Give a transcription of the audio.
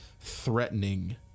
threatening